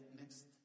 next